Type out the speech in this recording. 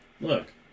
look